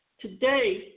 Today